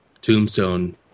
tombstone